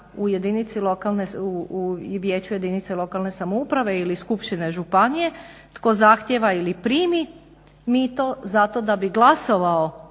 u Vijeću jedinice lokalne samouprave ili skupštine županije, tko zahtijeva ili primi mito zato da bi glasovao